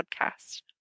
podcast